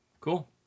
Cool